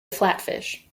flatfish